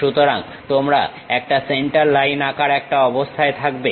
সুতরাং তোমরা একটা সেন্টার লাইন আঁকার একটা অবস্থায় থাকবে